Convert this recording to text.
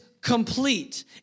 complete